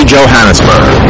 Johannesburg